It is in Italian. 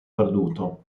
perduto